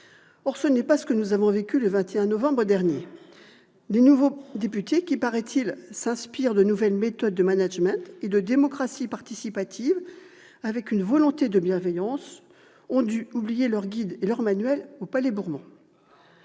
Or ce n'est pas ce que nous avons vécu le 21 novembre dernier ! Absolument ! Les nouveaux députés qui, paraît-il, s'inspirent de nouvelles méthodes de management et de démocratie participative, avec une volonté de bienveillance, ont dû oublier leur guide et leur manuel au Palais-Bourbon